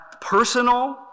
personal